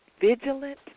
vigilant